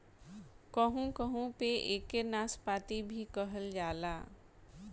कहू कहू पे एके नाशपाती भी कहल जाला